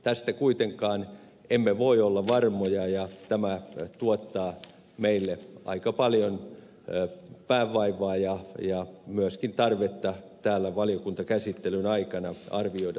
tästä kuitenkaan emme voi olla varmoja ja tämä tuottaa meille aika paljon päänvaivaa ja myöskin tarvetta täällä valiokuntakäsittelyn aikana arvioida tätä tilannetta